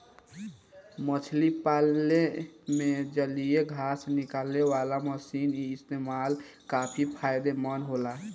मछरी पाले में जलीय घास निकालेवाला मशीन क इस्तेमाल काफी फायदेमंद होला